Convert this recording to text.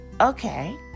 Okay